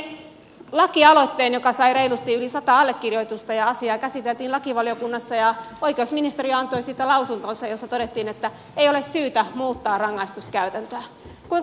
teimme lakialoitteen joka sai reilusti yli sata allekirjoitusta ja asiaa käsiteltiin lakivaliokunnassa ja oikeusministeriö antoi siitä lausuntonsa jossa todettiin että ei ole syytä muuttaa rangaistuskäytäntöä